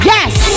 Yes